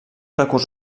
recurs